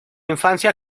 infancia